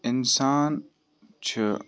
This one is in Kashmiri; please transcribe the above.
اِنسان چھُ